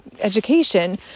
education